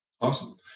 Awesome